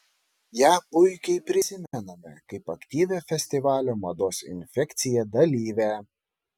ją puikiai prisimename kaip aktyvią festivalio mados infekcija dalyvę